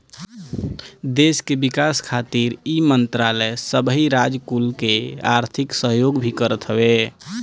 देस के विकास खातिर इ मंत्रालय सबही राज कुल के आर्थिक सहयोग भी करत हवे